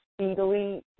speedily